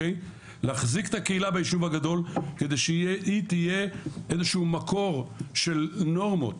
להחזיק את הקהילה בישוב הגדול כדי שהיא תהיה איזשהו מקור של נורמות